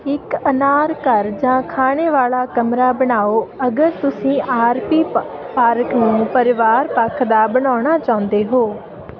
ਇੱਕ ਅਨਾਰ ਘਰ ਜਾਂ ਖਾਣੇ ਵਾਲਾ ਕਮਰਾ ਬਣਾਓ ਅਗਰ ਤੁਸੀਂ ਆਰ ਪੀ ਪਾ ਪਾਰਕ ਨੂੰ ਪਰਿਵਾਰ ਪੱਖ ਦਾ ਬਣਾਉਣਾ ਚਾਹੁੰਦੇ ਹੋ